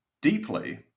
deeply